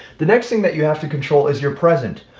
the next thing that you have to control is your present.